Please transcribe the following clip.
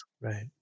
Right